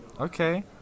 okay